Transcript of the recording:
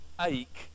ache